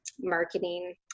marketing